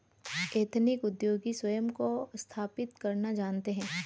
ethnic उद्योगी स्वयं को स्थापित करना जानते हैं